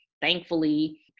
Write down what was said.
Thankfully